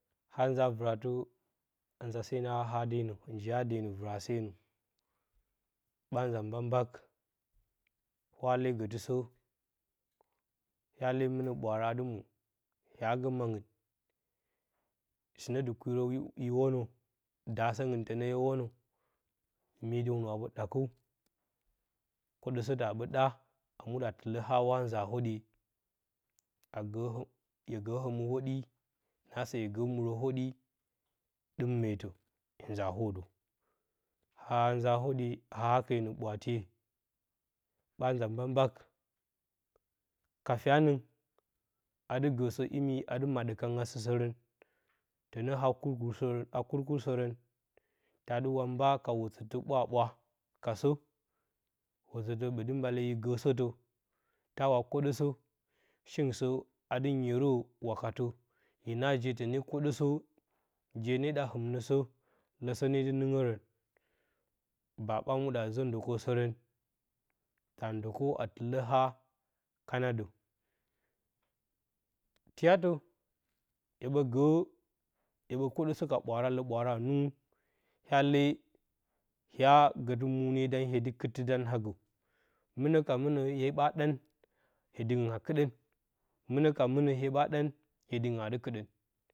A nza vɨratə a nza senə a hadenə njiyadenə, vɨra senə ɓa nza mbak mbak, hwa lee gətɨ sə hya lee mɨnə ɓwaara adɨ mwo, ya gə mangɨn sɨnə dɨ kwɨrə mye dəwnə, a ɓə ɗakəw, kwoɗəasə tə a bə ɗa a muɗə a tɨlə haa hwa nza hwoɗye, agəə hurodyi a dɨm meetə, hye nza hwodəw, ahaa nza hwoɗye a hakenə ɓwatiye ɓa nza mbak mbak ka fyanəng ardɨ gəsə imi adɨ maɗə kan asɨsərən, tənə akurkuruur sərən ha kurkursərən tadɨ wamba ka wozətə ɓwa-ɓwa kasə, wozətə ɓətɨ mbale yo gərsətə tawa kwoɗə sə shingɨn sə adɨ nyerədə wakatə, hye na je təne kwoɗəsə, je nee ɗa hɨmnə sə ləsə nee dɨ nɨngərən, baa ɓa muɗə azə ndwokəsərən, ta ndwokə na tɨlə a kana də tiyatə. hye ɓə gə gə, hye ɓə kwoɗəsə ka ɓwaara lə ɓwara a ningu, hya lee ya gətɨ muuna dan, gətɨ yedɨ kɨtti dan agə, mɨnə ka mɨnə hye ɓa dan yedɨ ngɨn a kɨɗən, mɨnə ka mɨnə hye ɓa ɗan yedɨngɨn aa dɨ kɨɗən.